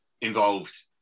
involved